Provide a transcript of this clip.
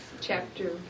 Chapter